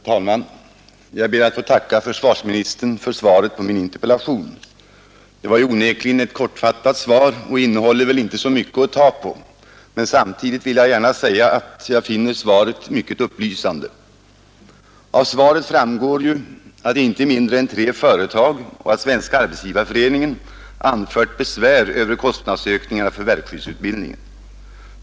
Herr talman! Jag ber att få tacka försvarsministern för svaret på min interpellation. Det var onekligen ett kortfattat svar, och det innehåller väl inte så mycket att ta på. Men samtidigt vill jag gärna säga att jag finner svaret mycket upplysande. Av svaret framgår ju att inte mindre än tre företag samt Svenska arbetsgivareföreningen anfört besvär över kostnadsökningar för verkskyddsutbildningen.